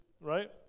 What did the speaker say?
right